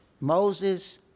Moses